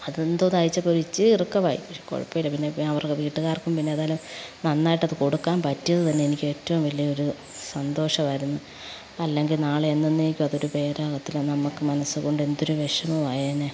അതെന്തോ തയ്ച്ചപ്പോൾ ഒരിച്ചിരി ഇറുക്കമായി പക്ഷെ കുഴപ്പമില്ല പിന്നെ പി അവരുടെ വീട്ടുകാർക്കും പിന്നെ ഏതായാലും നന്നായിട്ട് അതു കൊടുക്കാൻ പറ്റിയതു തന്നെ എനിക്ക് ഏറ്റവും വലിയൊരു സന്തോഷമായിരുന്നു രിന്ന് അല്ലെങ്കിൽ നാളെ എന്നന്നേക്കും അതൊരു പേരാകത്തില്ല നമുക്കു മനസ്സു കൊണ്ട് എന്തൊരു വിഷമമായേനെ